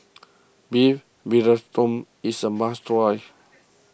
Beef Vindaloo is a must try